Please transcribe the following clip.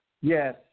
Yes